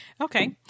Okay